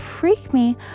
FREAKME